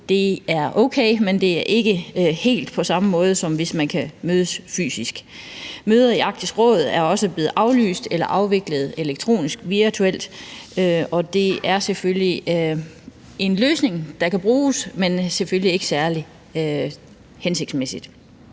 Det er okay, men det er ikke helt på samme måde, som hvis man kan mødes fysisk. Møder i Arktisk Råd er også blevet aflyst eller afviklet virtuelt, og det er selvfølgelig en løsning, der kan bruges, men ikke særlig hensigtsmæssigt.